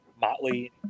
Motley